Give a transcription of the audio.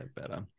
better